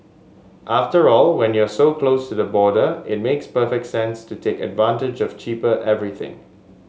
after all when you're so close to the border it makes perfect sense to take advantage of cheaper everything